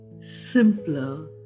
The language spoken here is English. simpler